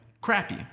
crappy